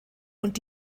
und